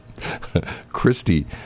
Christy